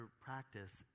practice